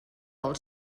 del